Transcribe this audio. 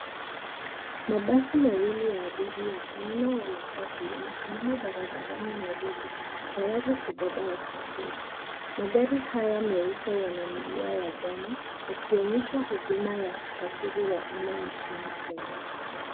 Mabasi mawili ya abiria aina ya matatu yamesimama barabarani Nairobi, tayari kubeba wasafiri. Magari haya meupe yana milia ya njano, yakionyesha huduma ya usafiri wa umma nchini Kenya.